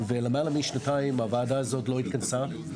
ולמעלה משנתיים הוועדה הזו לא התכנסה.